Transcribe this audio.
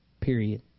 period